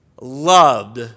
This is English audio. loved